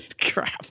Crap